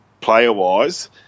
player-wise